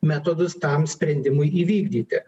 metodus tam sprendimui įvykdyti